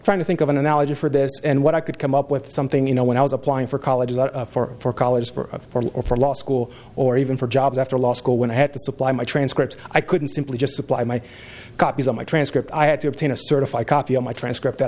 trying to think of an analogy for this and what i could come up with something you know when i was applying for colleges out for college for a form or for law school or even for jobs after law school when i had to supply my transcripts i couldn't simply just supply my copies of my transcript i had to obtain a certified copy of my transcript